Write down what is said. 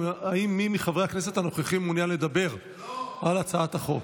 האם מי מחברי הכנסת הנוכחים מעוניין לדבר על הצעת החוק?